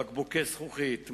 בקבוקי זכוכית,